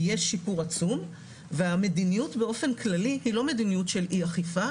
אבל יש שיפור עצום והמדיניות באופן כללי היא לא מדיניות של אי אכיפה,